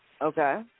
Okay